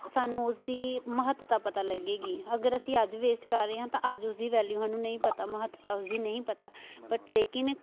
ਸਾਨੂੰ ਉਸਦੀ ਮਹੱਤਤਾ ਪਤਾ ਲੱਗੇਗੀ ਅਗਰ ਅਸੀਂ ਅੱਜ ਵੇਸਟ ਕਰ ਰਹੇ ਹਾਂ ਤਾਂ ਅੱਜ ਉਸਦੀ ਵੈਲਿਊ ਸਾਨੂੰ ਨਹੀਂ ਪਤਾ ਮਹੱਤਤਾ ਉਸਦੀ ਨਹੀ ਪਤਾ ਬਟ ਲੇਕਿਨ